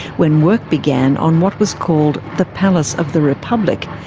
when work began on what was called the palace of the republic,